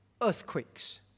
earthquakes